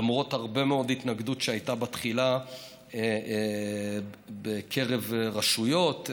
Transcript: למרות הרבה מאוד התנגדות שהייתה בתחילה בקרב רשויות.